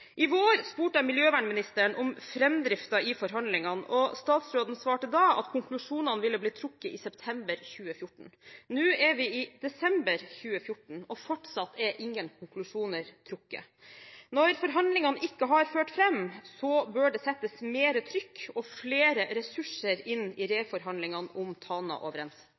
I vår spurte jeg miljøvernministeren om framdriften i forhandlingene. Statsråden svarte da at konklusjonene ville bli trukket i september 2014. Nå er vi i desember 2014, og fortsatt er ingen konklusjoner trukket. Når forhandlingene ikke har ført fram, bør det settes mer trykk på og flere ressurser inn i reforhandlingene om